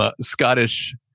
Scottish